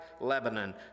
Lebanon